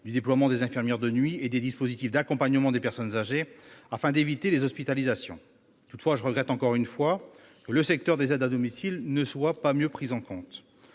du déploiement des infirmières de nuit et des dispositifs d'accompagnement des personnes âgées afin d'éviter les hospitalisations. Cependant, je regrette encore une fois que le secteur des aides à domicile ne soit pas mieux pris en compte.